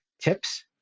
tips